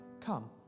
come